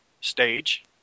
stage